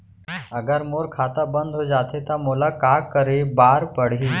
अगर मोर खाता बन्द हो जाथे त मोला का करे बार पड़हि?